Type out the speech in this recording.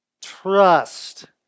Trust